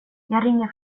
ringer